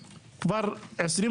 25,